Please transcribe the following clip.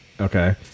Okay